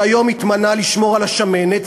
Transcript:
שהיום התמנה לשמור על השמנת,